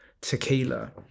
tequila